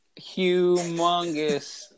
humongous